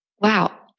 wow